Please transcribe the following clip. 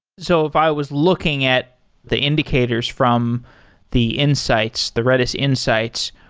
so if i was looking at the indicators from the insights, the redis insights,